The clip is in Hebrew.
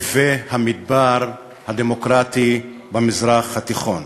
נווה-המדבר הדמוקרטי במזרח התיכון.